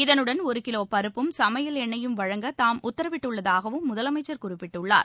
இதனுடன் ஒரு கிலோ பருப்பும் சமையல் எண்ணெய்யும் வழங்க தாம் உத்தரவிட்டுள்ளதாகவும் முதலமைச்சர் குறிப்பிட்டுள்ளார்